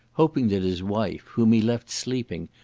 hoping that his wife, whom he left sleeping,